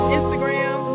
Instagram